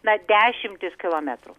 na dešimtis kilometrų